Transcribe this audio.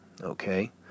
Okay